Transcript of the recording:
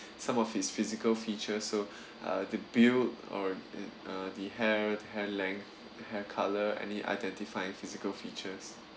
some of his physical features so uh the build or uh the hair hair length hair color any identifying physical features